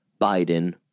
Biden